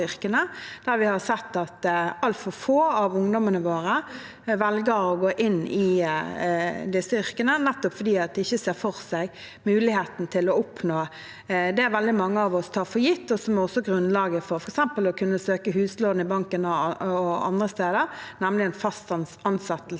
Vi har sett at altfor få av ungdommene våre velger å gå inn i disse yrkene, nettopp fordi de ikke ser for seg muligheten til å oppnå det veldig mange av oss tar for gitt – og som også er grunnlaget for f.eks. å kunne søke huslån i banken – nemlig en fast ansettelse